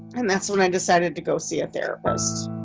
and that's when i decided to go see a therapist.